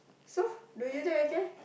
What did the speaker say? so do you think I care